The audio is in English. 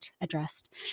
addressed